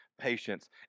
patience